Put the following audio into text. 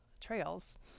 trails